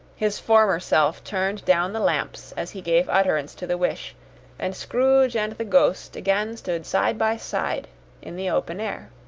his former self turned down the lamps as he gave utterance to the wish and scrooge and the ghost again stood side by side in the open air.